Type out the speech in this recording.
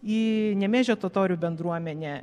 į nemėžio totorių bendruomenę